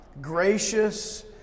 gracious